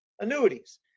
annuities